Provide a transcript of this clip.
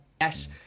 Yes